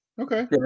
Okay